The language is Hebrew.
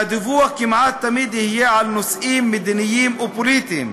והדיווח כמעט תמיד יהיה על נושאים מדיניים או פוליטיים.